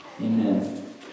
amen